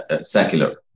secular